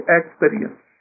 experience